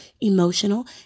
emotional